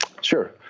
Sure